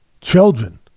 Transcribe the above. children